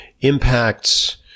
impacts